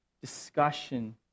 discussion